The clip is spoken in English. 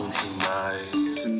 tonight